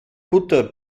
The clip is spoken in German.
butter